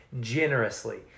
generously